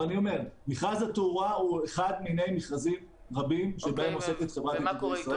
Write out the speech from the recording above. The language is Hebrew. מכרז התאורה הוא אחד מיני מכרזים רבים שבהם עוסקת חברת נתיבי ישראל.